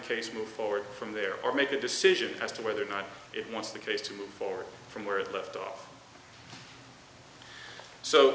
case move forward from there or make a decision as to whether or not it wants the case to move forward from where it left off so